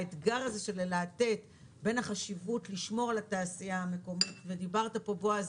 האתגר הזה בין החשיבות לשמור על התעשייה המקומית ודיברת פה בועז,